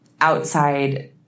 outside